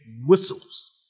whistles